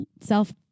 self